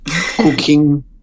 cooking